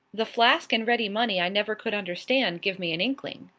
the flask and ready money i never could understand give me an inkling.